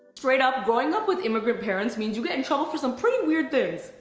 straight up, growing up with immigrant parents, means you get in trouble for some pretty weird things.